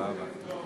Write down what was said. תודה רבה.